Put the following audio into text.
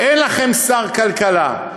אין לכם שר כלכלה.